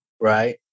Right